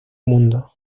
mundo